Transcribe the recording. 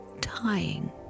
tying